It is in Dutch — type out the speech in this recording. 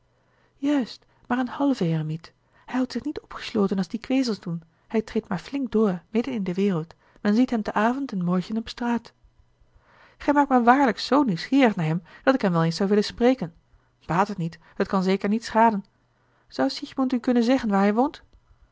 juist maar een halve heremiet hij houdt zich niet opgesloten als die kwezels doen hij treedt maar flink door midden in de wereld men ziet hem te avond en morgen op straat gij maakt mij waarlijk zoo nieuwsgierig naar hem dat ik hem wel eens zou willen spreken baat het niet het kan zeker niet schaden zou siegmund u kunnen zeggen waar hij woont